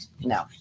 no